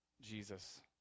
Jesus